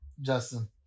Justin